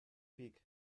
peak